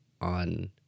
on